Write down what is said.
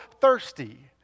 thirsty